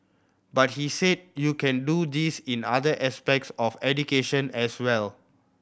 but he said you can do this in other aspects of education as well